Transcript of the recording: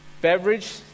Beverage